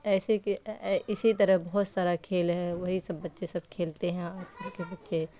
ایسے کہ اسی طرح بہت سارا کھیل ہے وہی سب بچے سب کھیلتے ہیں آج کل کے بچے